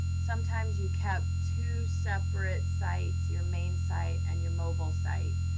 sometimes, you kept two separate sites. your main site and your mobile site.